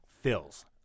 Fills